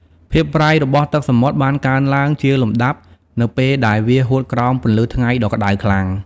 ភាពប្រៃរបស់ទឹកសមុទ្របានកើនឡើងជាលំដាប់នៅពេលដែលវាហួតក្រោមពន្លឺថ្ងៃដ៏ក្តៅខ្លាំង។